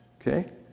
okay